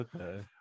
okay